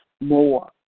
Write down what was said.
more